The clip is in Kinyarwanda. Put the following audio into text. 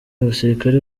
abasirikare